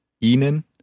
Ihnen